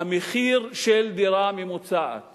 המחיר של דירה ממוצעת